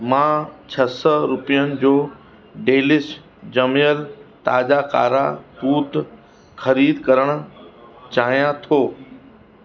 मां छह सौ रुपयनि जो डेलिश ॼमियल ताज़ा कारा तूत ख़रीद करणु चाहियां थो